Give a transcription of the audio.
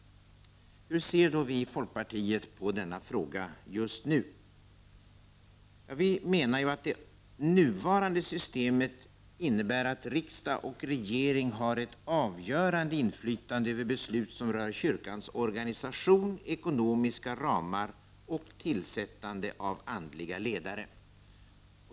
Hur ser då vi i folkpartiet på denna fråga just nu? Vi menar att det nuvarande systemet innebär att riksdag och regering har ett avgörande inflytande över beslut som rör kyrkans organisation, ekonomiska ramar och tillsättande av andliga ledare.